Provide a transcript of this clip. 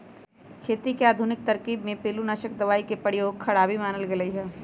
खेती के आधुनिक तरकिब में पिलुआनाशक दबाई के प्रयोग खराबी मानल गेलइ ह